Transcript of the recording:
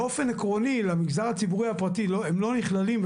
באופן עקרוני למגזר הציבורי הפרטי הם לא נכללים,